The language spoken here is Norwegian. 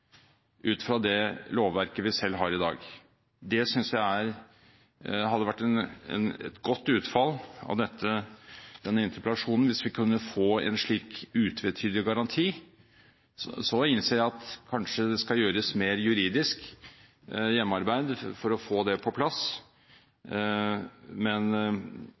ut fra det lovverket vi selv har i dag. Jeg synes det hadde vært et godt utfall av denne interpellasjonen hvis vi kunne få en slik utvetydig garanti. Så innser jeg at det kanskje skal gjøres mer juridisk hjemmearbeid for å få det på plass. Men